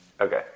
okay